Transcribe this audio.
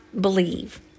believe